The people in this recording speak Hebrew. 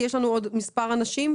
יש לנו עוד מספר אנשים.